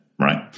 right